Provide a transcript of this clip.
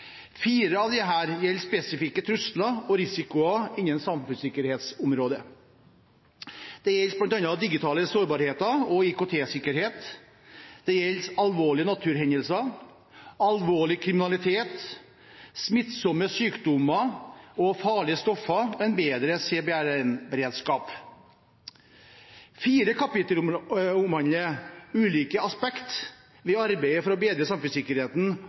Fire av disse gjelder spesifikke trusler og risikoer innen samfunnssikkerhetsområdet. Det gjelder bl.a. den digitale sårbarheten og IKT-sikkerhet, det gjelder alvorlige naturhendelser, det gjelder alvorlig kriminalitet, og det gjelder smittsomme sykdommer og farlige stoffer – en bedre CBRNE-beredskap. Fire kapitler omhandler ulike aspekter ved arbeidet for å bedre samfunnssikkerheten